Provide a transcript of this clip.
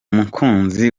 mukunzi